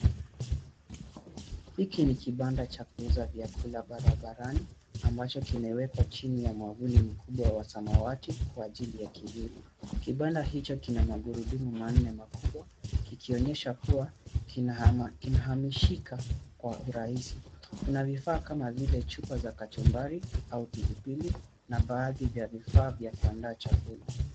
Hiki ni kibanda cha kuuza vyakula barabarani ambacho kimewekwa chini ya mwavuli mkubwa wa samawati kwa ajili ya kivuli. Kibanda hicho kina magurudumu manne makubwa kikionyesha kuwa kina hamishika kwa urahisi. Kuna vifaa kama vile chupa za kachumbari au pilipili na baadhi vya vifaa vya kuandaa chakula.